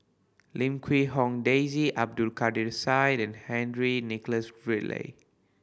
Lim Quee Hong Daisy Abdul Kadir Syed and Henry Nicholas Ridley